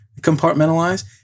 compartmentalize